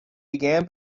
began